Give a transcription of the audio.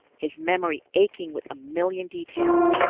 his memory aching with a million details,